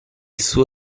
suo